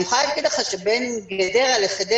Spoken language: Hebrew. אני יכולה להגיד לך בצורה כללית שבין גדרה לחדרה